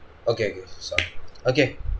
okay good start okay